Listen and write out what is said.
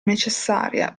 necessaria